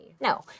No